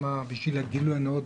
וגילוי נאות,